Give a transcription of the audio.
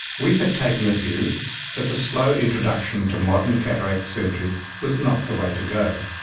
we had taken the view that a slow introduction to modern cataract surgery was not the way to go.